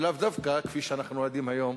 ולאו דווקא כפי שאנחנו עדים היום,